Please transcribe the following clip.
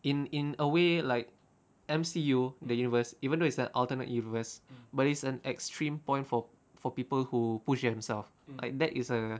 in in a way like M_C_U the universe even though is an alternate universe but it's an extreme point for for people who pushed themselves like that is a